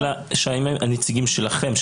השאלה היא אם הם נציגים שלכם,